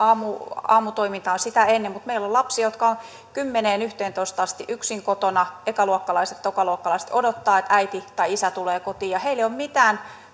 aamutoimintaa on sitä ennen meillä on lapsia jotka ovat kymmeneen yhteentoista asti yksin kotona ekaluokkalaiset tokaluokkalaiset ja odottavat että äiti tai isä tulee kotiin ja heille ei ole mitään